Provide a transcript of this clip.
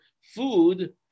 food